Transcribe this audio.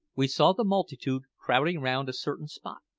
we saw the multitude crowding round a certain spot.